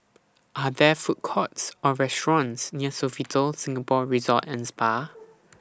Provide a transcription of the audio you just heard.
Are There Food Courts Or restaurants near Sofitel Singapore Resort and Spa